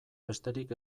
besterik